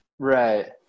Right